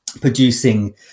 producing